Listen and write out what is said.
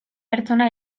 pertsona